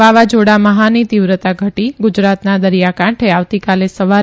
વાવાઝોડા મહાની તીવ્રતા ઘટી ગુજરાતના દરિયાકાંઠે આવતીકાલે સવારે